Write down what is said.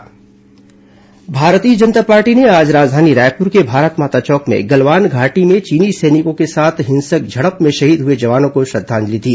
भाजपा श्रद्वांजलि भारतीय जनता पार्टी ने आज राजधानी रायपुर के भारत माता चौक में गलवान घाटी में चीनी सैनिकों के साथ हिंसक झड़प में शहीद हुए जवानों को श्रद्दांजलि दी